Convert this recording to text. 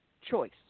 choice